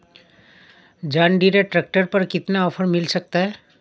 John Deere tractor पर कितना offer मिल सकता है?